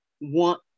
want